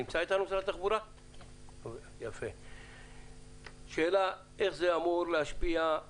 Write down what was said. שיענה איך זה אמור להשפיע על